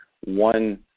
one